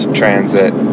transit